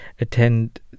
attend